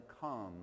come